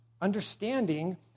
understanding